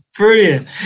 Brilliant